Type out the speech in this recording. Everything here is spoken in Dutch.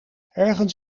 ergens